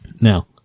Now